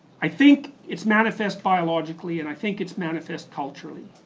i think it's manifest biologically, and i think it's manifest culturally,